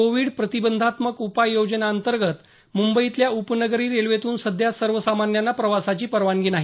Covid प्रतिबंधात्मक उपाययोजनांतर्गत मुंबईतल्या उपनगरी रेल्वेतून सध्या सर्वसामान्यांना प्रवासाची परवानगी नाही